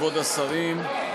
כבוד השרים,